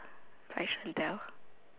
Ashley belle